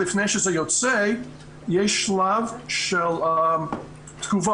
לפני שזה יוצא יש שלב של תגובות.